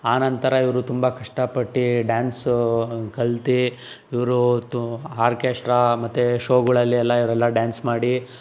ಆನಂತರ ಇವರು ತುಂಬ ಕಷ್ಟಪಟ್ಟು ಡ್ಯಾನ್ಸ್ ಕಲಿತು ಇವರು ತು ಆರ್ಕೆಸ್ಟ್ರಾ ಮತ್ತು ಶೋಗಳಲ್ಲೆಲ್ಲ ಇವರೆಲ್ಲ ಡ್ಯಾನ್ಸ್ ಮಾಡಿ